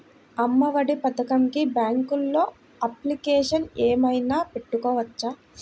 అమ్మ ఒడి పథకంకి బ్యాంకులో అప్లికేషన్ ఏమైనా పెట్టుకోవచ్చా?